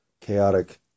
chaotic